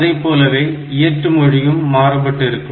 அதைப்போலவே இயற்று மொழியும் மாறுபட்டு இருக்கும்